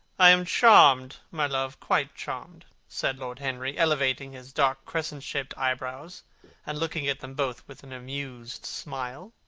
i am charmed, my love, quite charmed, said lord henry, elevating his dark, crescent-shaped eyebrows and looking at them both with an amused smile.